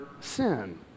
sin